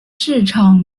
市场